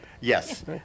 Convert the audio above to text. yes